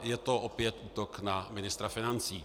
Je to opět útok na ministra financí.